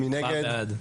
מי נגד?